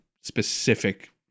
specific